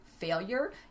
failure